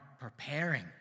preparing